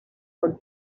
for